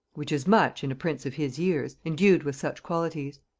which is much in a prince of his years, endued with such qualities.